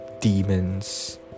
Demons